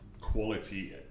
quality